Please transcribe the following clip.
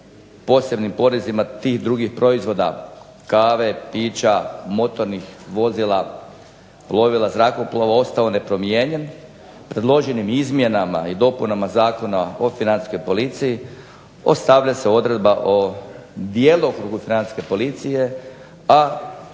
posebnim porezima tih drugih proizvoda kave, pića, motornih vozila, plovila, zrakoplova ostao nepromijenjen predloženim izmjenama i dopunama Zakona o Financijskoj policiji ostavlja se odredba o djelokrugu Financijske policije, a